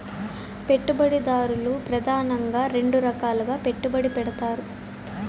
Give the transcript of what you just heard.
పెట్టుబడిదారులు ప్రెదానంగా రెండు రకాలుగా పెట్టుబడి పెడతారు